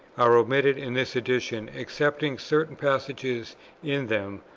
are omitted in this edition, excepting certain passages in them,